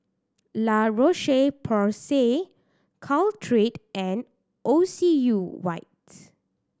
La Roche Porsay Caltrate and Ocuvite